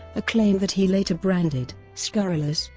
a claim that he later branded scurrilous,